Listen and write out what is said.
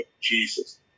Jesus